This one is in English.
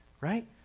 right